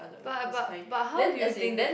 but but but how do you think that